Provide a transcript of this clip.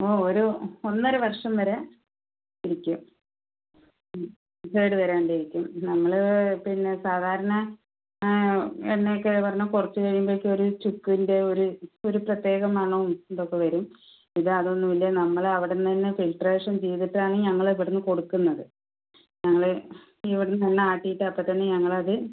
ഓ ഒരു ഒന്നര വർഷം വരെ ഇരിക്കും ഉം കേട് വരാണ്ട് ഇരിക്കും നമ്മള് പിന്നെ സാധാരണ ആ എണ്ണ ഒക്കെയെന്ന് പറഞ്ഞാൽ കുറച്ച് കഴിയുമ്പോഴേക്കും ഒരു ചുക്കിൻ്റ ഒരു പ്രത്യേക മണവും ഇത് ഒക്കെ വരും ഇത് അത് ഒന്നും ഇല്ല നമ്മളെ അവിടെനിന്നുതന്നെ ഫിൽറ്ററേഷൻ ചെയ്തിട്ട് ആണ് ഞങ്ങൾ ഇവിടെനിന്ന് കൊടുക്കുന്നത് ഞങ്ങള് ഇവിടെ നിന്ന് ആട്ടിയിട്ട് അപ്പോൾത്തന്നെ ഞങ്ങൾ അത്